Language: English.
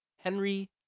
Henry